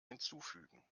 hinzufügen